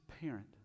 parent